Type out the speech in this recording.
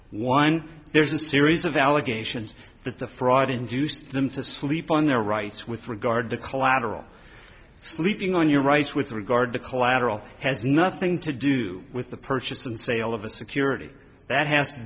one there's a series of allegations that the fraud induce them to sleep on their rights with regard to collateral sleeping on your rights with regard to collateral has nothing to do with the purchase and sale of a security that has to